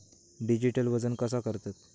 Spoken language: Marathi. डिजिटल वजन कसा करतत?